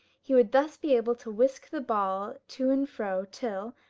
he would thus be able to whisk the ball to and fro till,